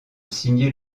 signer